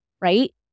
right